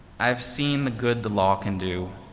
i've seen the good the law can do,